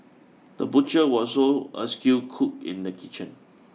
the butcher was also a skilled cook in the kitchen